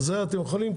אז אתם יכולים,